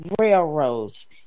railroads